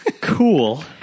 Cool